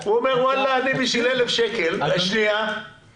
יש לי שני בנים שמתעסקים עם אנשים,